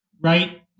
right